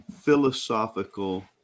philosophical